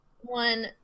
one